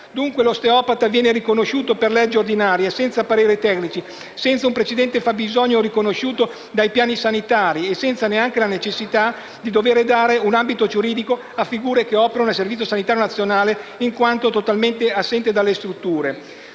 Dunque, l'osteopata viene riconosciuto per legge ordinaria senza pareri tecnici, senza un precedente fabbisogno riconosciuto dai piani sanitari e senza neanche la necessità di dover dare un ambito giuridico a figure che operano nel Servizio sanitario nazionale, in quanto totalmente assente dalle strutture.